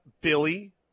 Billy